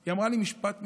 היא אמרה לי משפט מזעזע.